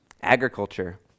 agriculture